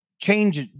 change